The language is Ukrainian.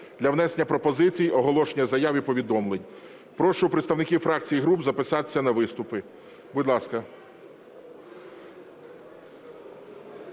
для внесення пропозицій, оголошення заяв і повідомлень. Прошу представників фракцій і груп записатися на виступи. Будь ласка.